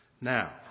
Now